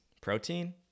Protein